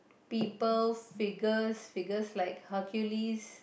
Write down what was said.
people figures figures like Hercules